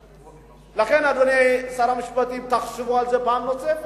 לכן, אדוני שר המשפטים, תחשבו על זה פעם נוספת.